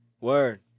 Word